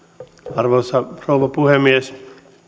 arvoisa rouva puhemies